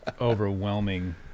overwhelming